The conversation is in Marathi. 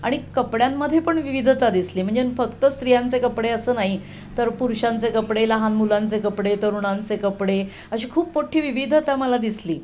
आणि कपड्यांमध्ये पण विविधता दिसली म्हणजे फक्त स्त्रियांचे कपडे असं नाही तर पुरुषांचे कपडे लहान मुलांचे कपडे तरुणांचे कपडे अशी खूप मोठी विविधता मला दिसली